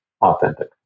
authentic